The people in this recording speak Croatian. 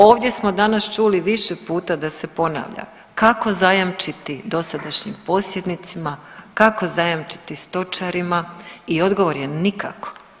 Ovdje smo danas čuli više puta da se ponavlja kako zajamčiti dosadašnjim posjednicima, kako zajamčiti stočarima i odgovor je nikako.